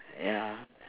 ya